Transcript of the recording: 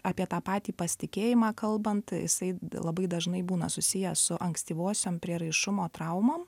apie tą patį pasitikėjimą kalbant jisai labai dažnai būna susijęs su ankstyvosiom prieraišumo traumom